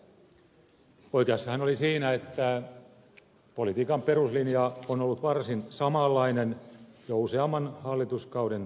oikeassa hän oli siinä että politiikan peruslinja on ollut varsin samanlainen jo useamman hallituskauden ajan